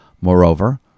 moreover